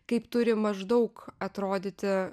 kaip turi maždaug atrodyti